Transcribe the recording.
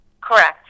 Correct